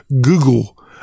Google